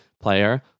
player